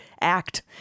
act